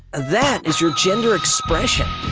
that is your gender expression.